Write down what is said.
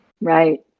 Right